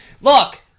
look